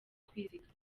kwizigama